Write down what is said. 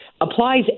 applies